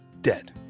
dead